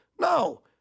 No